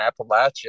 Appalachia